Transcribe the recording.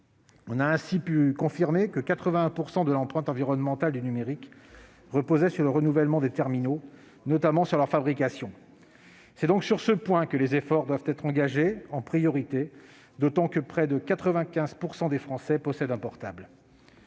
On a ainsi pu confirmer que 81 % de l'empreinte environnementale du numérique reposait sur le renouvellement des terminaux, notamment sur leur fabrication. C'est donc sur ce point que les efforts doivent être engagés en priorité, d'autant que près de 95 % des Français possèdent un portable.